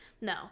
No